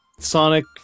Sonic